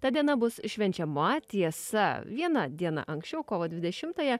ta diena bus švenčiama tiesa viena diena anksčiau kovo dvidešimtąją